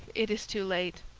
it is too late.